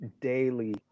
daily